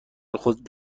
خود